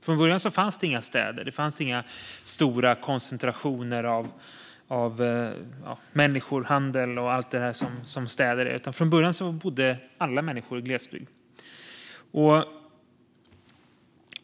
Från början fanns det inga städer - inga stora koncentrationer av människor, handel och allt det som städer är. Från början bodde alla människor i glesbygd.